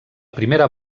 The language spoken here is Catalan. primera